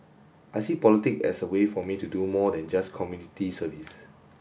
I see politic as a way for me to do more than just community service